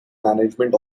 management